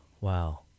wow